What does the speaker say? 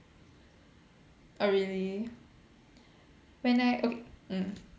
oh really when I o~ mm